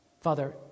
Father